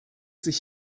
sich